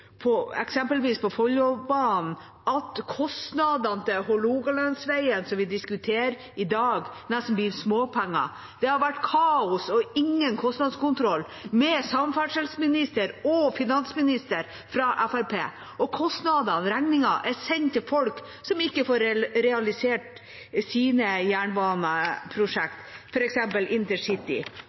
eksempelvis på Follobanen, at kostnadene til Hålogalandsveien som vi diskuterer i dag, nesten blir småpenger. Det har vært kaos og ingen kostnadskontroll, med samferdselsminister og finansminister fra Fremskrittspartiet, og kostnadene – regningen – er sendt til folk som ikke får realisert sine